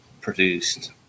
produced